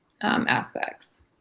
aspects